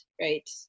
right